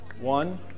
One